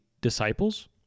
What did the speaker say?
disciples